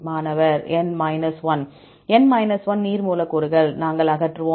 மாணவர்N 1 N 1 நீர் மூலக்கூறுகள் நாங்கள் அகற்றுவோம்